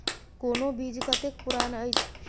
कोनो बीज कतेक पुरान अछि?